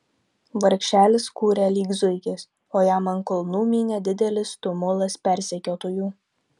vargšelis kūrė lyg zuikis o jam ant kulnų mynė didelis tumulas persekiotojų